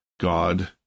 God